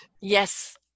yes